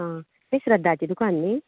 आं हें श्रध्दाचें दुकान न्ही